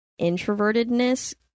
introvertedness